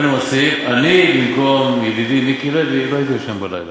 אני במקום ידידי מיקי לוי לא הייתי ישן בלילה.